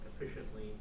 efficiently